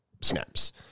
snaps